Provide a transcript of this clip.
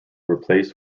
replaced